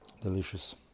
Delicious